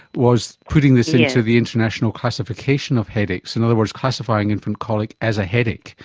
was putting this into the international classification of headaches. in other words, classifying infant colic as a headache,